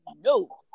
no